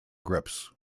grips